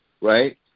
right